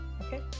okay